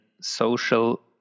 social